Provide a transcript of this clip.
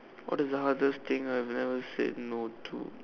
what is the hardest thing I've ever said no to